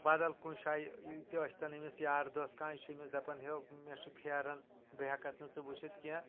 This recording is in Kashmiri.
بدل کُنہِ جایہِ ییٚتہِ ٲسۍ تن أمِس یار دوس کانٛہہ یہِ چھُ أمِس دپان ہیو مےٚ چھُ پھیران بہٕ ہٮ۪کتھ نہٕ ژٕ وٕچھِتھ کینٛہہ